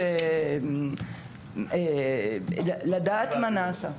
לתקוף, אנחנו רוצים לדעת מה נעשה.